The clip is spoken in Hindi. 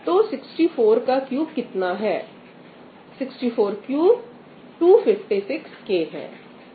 तो 643 कितना है 643 256K है